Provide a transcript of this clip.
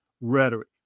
rhetoric